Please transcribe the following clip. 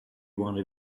one